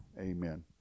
amen